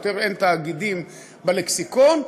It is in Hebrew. יותר אין תאגידים בלקסיקון,